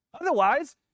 Otherwise